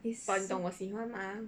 but 你懂我喜欢 mah